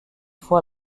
fois